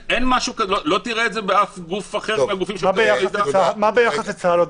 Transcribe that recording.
זה משהו שלא תראה באף גוף אחר --- מה ביחס לצה"ל?